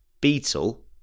beetle